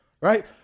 right